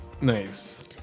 Nice